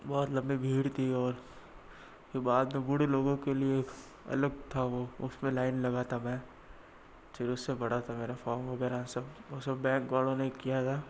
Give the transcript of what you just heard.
बहुत लम्बी भीड़ थी और ये बाद में बूढ़े लोगों के लिए एक अलग था वो उसमें लाइन लगा था मैं थोड़ा सा बड़ा था मेरा फ़ॉर्म वगैरह सब वो सब बैंक वालों ने ही किया था